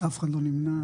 אף אחד לא נמנע,